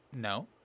no